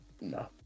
No